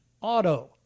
auto